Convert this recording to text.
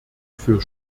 für